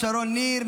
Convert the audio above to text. שרון ניר,